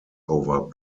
over